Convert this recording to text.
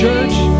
Church